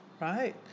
right